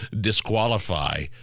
disqualify